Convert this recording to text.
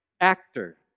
actor